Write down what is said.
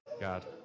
God